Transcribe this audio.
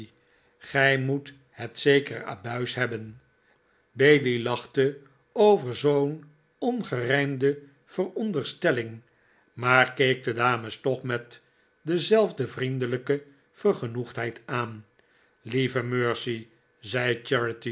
gij moet het zeker abuis hebben bailey lachte over zoo'n ongerijmde veronderstelling maar keek de dames toch met dezelfde vriendelijke vergenoegdheid aan lieve mercy